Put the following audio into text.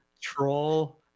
troll